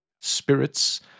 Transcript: spirits